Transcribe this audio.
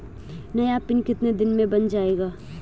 नया पिन कितने दिन में बन जायेगा?